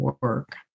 work